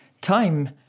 time